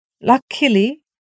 Luckily